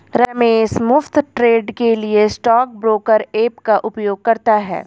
रमेश मुफ्त ट्रेड के लिए स्टॉक ब्रोकर ऐप का उपयोग करता है